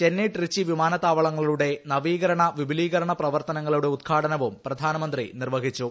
ചെന്നൈ ടൃച്ചി വിമാനത്താവളങ്ങളുടെ നവീകരണ വിപുലീകരണ പ്രവർത്തനങ്ങളുടെ ഉദ്ഘാടനവും പ്രധാനമന്ത്രി നിർവ്വഹിച്ചു